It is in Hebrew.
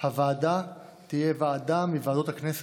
"הוועדה" תהיה ועדה מוועדות הכנסת,